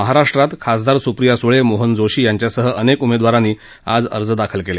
महाराष्ट्रात खासदार सुप्रिया सुळे मोहन जोशी यांच्यासह अनेक उमेदवारांनी आज अर्ज दाखल केले